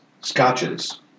scotches